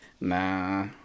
Nah